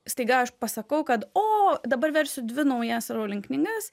staiga aš pasakau kad o dabar versiu dvi naujas rowling knygas